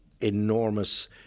enormous